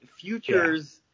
Futures